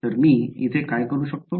तर मी येथे काय करू शकतो